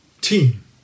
Team